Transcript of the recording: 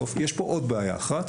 יש פה עוד בעיה אחת,